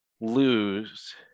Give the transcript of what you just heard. lose